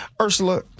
Ursula